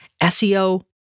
SEO